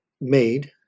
made